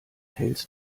hälst